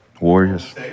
Warriors